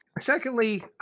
Secondly